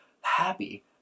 happy